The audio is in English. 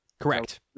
Correct